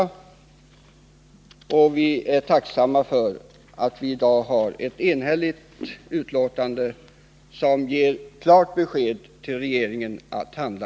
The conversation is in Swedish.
Vi är tacksamma för att vi i dag har ett enhälligt betänkande, som ger besked till regeringen: Handla!